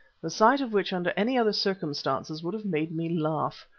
the sight of which under any other circumstances would have made me laugh.